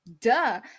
duh